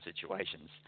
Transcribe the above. situations